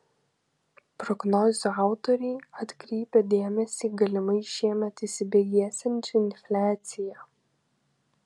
prognozių autoriai atkreipia dėmesį į galimai šiemet įsibėgėsiančią infliaciją